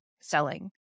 selling